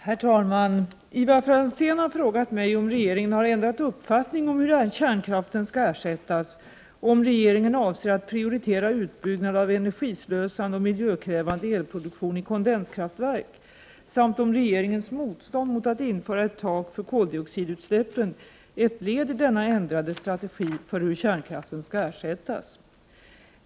Herr talman! Ivar Franzén har frågat mig om regeringen har ändrat uppfattning om hur kärnkraften skall ersättas och om regeringen avser att prioritera utbyggnad av energislösande och miljökrävande elproduktion i kondenskraftverk samt om regeringens motstånd mot att införa ett tak för koldioxidutsläppen är ett led i denna ändrade strategi för hur kärnkraften skall ersättas.